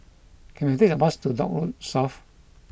can I take a bus to the Dock Road South